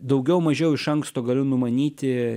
daugiau mažiau iš anksto galiu numanyti